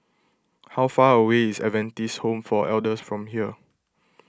how far away is Adventist Home for Elders from here